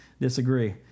Disagree